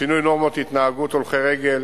שינוי נורמות התנהגות הולכי הרגל